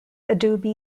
adobe